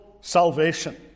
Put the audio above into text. salvation